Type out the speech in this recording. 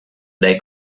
they